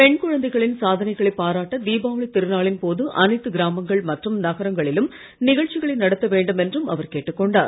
பெண் குழந்தைகளின் சாதனைகளை பாராட்ட தீபாவளி திருநாளின் போது அனைத்து கிராமங்கள் மற்றும் நகரங்களிலும் நிகழ்ச்சிகளை நடத்த வேண்டும் என்றும் அவர் கேட்டுக் கொண்டார்